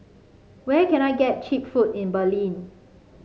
where can I get cheap food in Berlin